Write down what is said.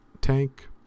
tank